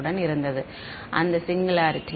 உடன் இருந்தது மாணவர் அந்த சிங்குலாரிட்டி